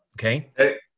okay